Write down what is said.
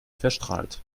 verstrahlt